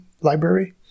library